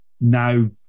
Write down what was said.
now